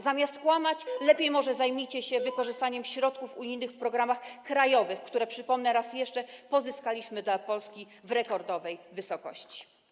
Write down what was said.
Zamiast kłamać, może lepiej zajmijcie się wykorzystaniem środków unijnych w programach krajowych, które, przypomnę raz jeszcze, pozyskaliśmy dla Polski w rekordowej wysokości.